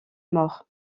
mort